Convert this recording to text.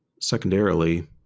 secondarily